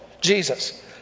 Jesus